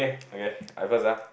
okay I first ah